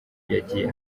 yagiye